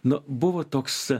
nu buvo toks